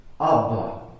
Abba